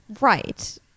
Right